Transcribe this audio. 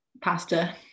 Pasta